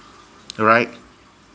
alright